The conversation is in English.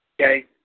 okay